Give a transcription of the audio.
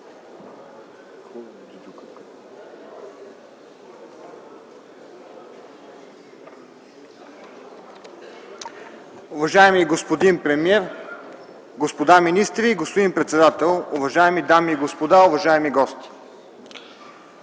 Уважаеми господин премиер, господа министри, господин председател, уважаеми дами и господа, уважаеми гости!